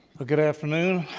ah good afternoon.